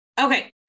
Okay